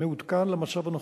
מעודכן למצב הנוכחי.